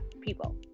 people